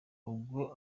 ubwo